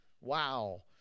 Wow